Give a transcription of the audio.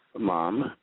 Mom